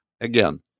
again